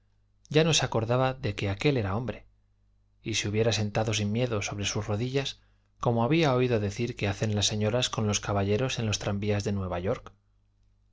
ya no se acordaba de que aquel era hombre y se hubiera sentado sin miedo sobre sus rodillas como había oído decir que hacen las señoras con los caballeros en los tranvías de